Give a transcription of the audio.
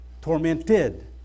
Tormented